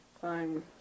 Fine